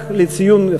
רק לציון,